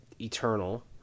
Eternal